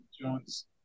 Jones